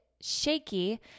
shaky